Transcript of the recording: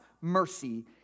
mercy